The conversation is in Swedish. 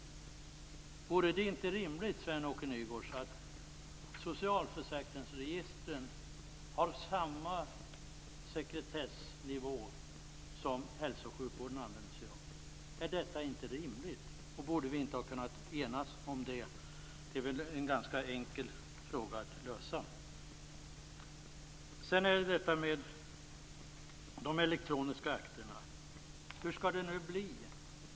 Vore det inte rimligt, Sven-Åke Nygårds, att socialförsäkringsregistren har samma sekretessnivå som hälso och sjukvården använder sig av? Är detta inte rimligt? Borde vi inte ha kunnat enas om det? Det är väl en ganska enkel fråga att lösa? Beträffande de elektroniska akterna undrar jag hur det skall bli.